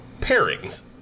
pairings